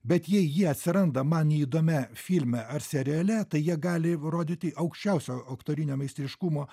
bet jei jie atsiranda man neįdomiam filme ar seriale tai jie gali rodyti aukščiausio aktorinio meistriškumo